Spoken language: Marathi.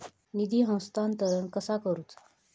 निधी हस्तांतरण कसा करुचा?